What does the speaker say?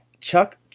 Chuck